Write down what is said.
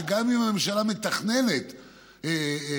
שגם אם הממשלה מתכננת שכונות,